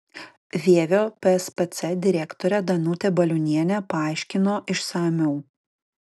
vievio pspc direktorė danutė baliūnienė paaiškino išsamiau